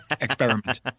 experiment